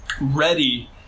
ready